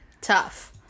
tough